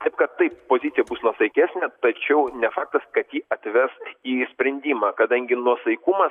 taip kad taip pozicija bus nuosaikesnė tačiau ne faktas kad ji atves į sprendimą kadangi nuosaikumas